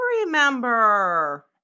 remember